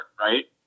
right